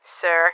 Sir